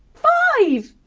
five.